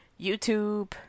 youtube